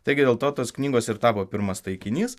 taigi dėl to tos knygos ir tapo pirmas taikinys